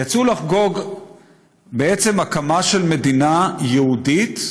יצאו לחגוג בעצם הקמה של מדינה יהודית,